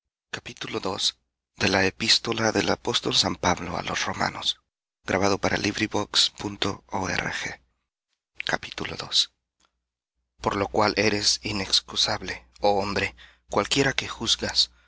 des por lo cual eres inexcusable oh hombre cualquiera que juzgas